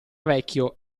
vecchio